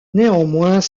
néanmoins